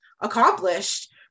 accomplished